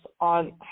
on